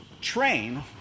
train